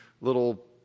little